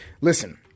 listen